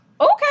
Okay